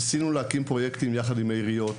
ניסינו להקים פרויקטים משותפים עם העיריות,